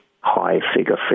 high-figure